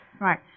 right